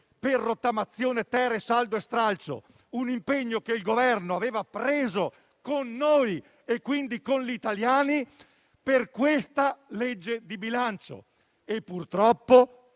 per rottamazione-*ter* e saldo e stralcio; un impegno che il Governo aveva preso con noi, quindi con gli italiani, per la legge di bilancio. Purtroppo,